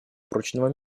прочного